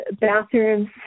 Bathrooms